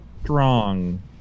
strong